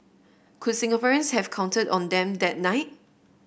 could Singaporeans have counted on them that night